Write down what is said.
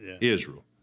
Israel